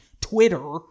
Twitter